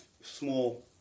small